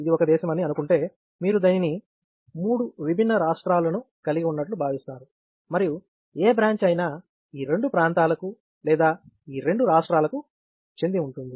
ఇది ఒక దేశం అని అనుకుంటే మీరు దీనిని మూడు విభిన్న రాష్ట్రాలను కలిగి ఉన్నట్లు భావిస్తారు మరియు ఏ బ్రాంచ్ అయినా ఈ రెండు ప్రాంతాలకు లేదా ఈ రెండు రాష్ట్రాలకు చెంది ఉంటుంది